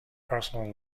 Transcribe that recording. personal